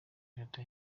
data